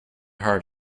heart